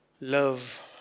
love